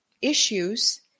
issues